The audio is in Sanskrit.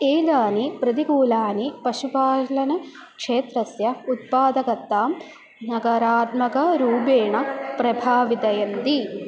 एतानि प्रतिकूलानि पशुपालनक्षेत्रस्य उत्पादकतां नगरात्मकरूपेण प्रभावयन्ति